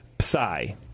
psi